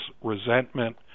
resentment